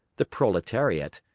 the proletariat,